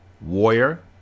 Warrior